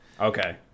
Okay